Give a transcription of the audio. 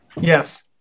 Yes